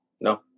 No